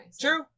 True